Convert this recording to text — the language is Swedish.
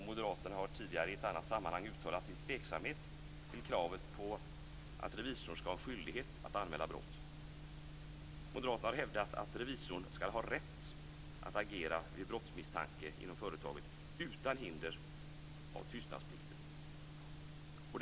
Moderaterna har tidigare i ett annat sammanhang uttalat sin tveksamhet vad gäller kravet på att revisorn skall ha skyldighet att anmäla brott. Moderaterna har hävdat att revisorn skall ha rätt att agera vid brottsmisstanke inom företaget, utan hinder av tystnadsplikten.